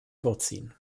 vorziehen